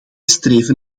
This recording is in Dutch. streven